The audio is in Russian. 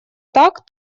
так